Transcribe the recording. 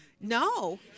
No